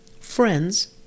friends